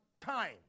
time